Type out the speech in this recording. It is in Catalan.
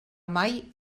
mai